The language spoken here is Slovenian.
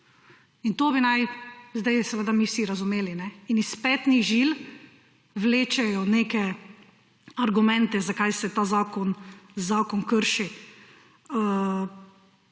in to bi naj seveda sedaj vsi razumeli in iz petnih žil vlečejo neke argumente, zakaj se ta zakon krši.